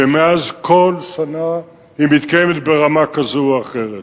ומאז כל שנה היא מתקיימת ברמה כזו או אחרת.